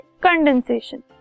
condensation